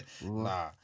Nah